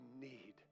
need